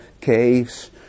caves